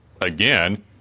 again